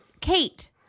Kate